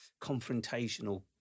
confrontational